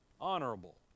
honorable